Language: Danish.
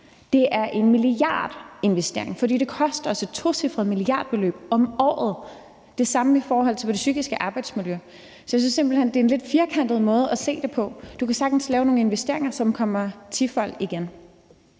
Det er en milliardinvestering, for det koster os et tocifret milliardbeløb om året. Det samme gør sig gældende i forhold til det psykiske arbejdsmiljø. Så jeg synes simpelt hen, at det er en lidt firkantet måde at se det på. Du kan sagtens lave nogle investeringer, som kommer tifoldigt igen.